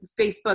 Facebook